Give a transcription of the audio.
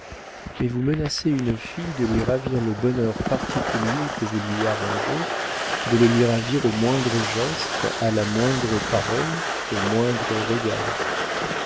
mais vous menacez une fille de lui ravir le bonheur particulier que vous lui arrangez de le lui ravir au moindre geste à la moindre parole au moindre regard